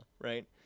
Right